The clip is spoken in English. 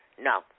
No